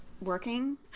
working